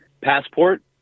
passport